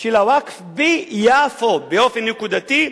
של הווקף ביפו באופן נקודתי,